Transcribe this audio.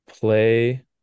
play